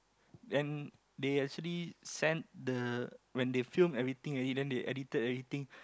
and they actually send the when they film everything already then they edited everything